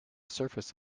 surface